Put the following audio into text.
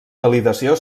validació